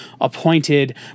appointed